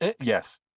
Yes